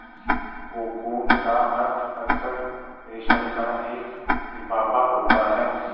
cocoon का अर्थ अक्सर रेशम का एक लिफाफा होता है